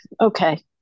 okay